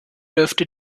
dürfte